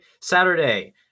Saturday